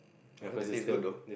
I heard they taste good though